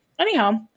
Anyhow